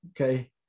okay